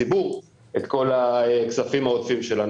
לציבור את כל הכספים העודפים שלנו.